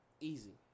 Easy